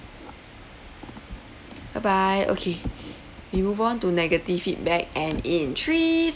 bye bye okay we move on to negative feedback and in three